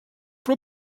però